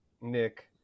Nick